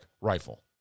rifle